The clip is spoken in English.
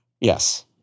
Yes